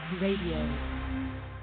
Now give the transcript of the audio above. Radio